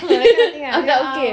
kakak okay eh